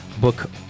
book